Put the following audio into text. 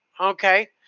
okay